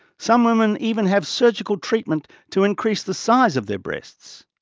some women even have surgical treatment to increase the size of their breasts.